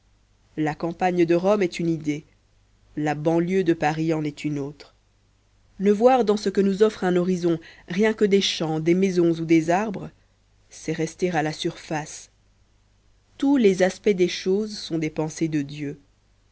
la campagne de rome est une idée la banlieue de paris en est une autre ne voir dans ce que nous offre un horizon rien que des champs des maisons ou des arbres c'est rester à la surface tous les aspects des choses sont des pensées de dieu